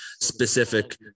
specific